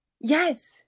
Yes